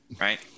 right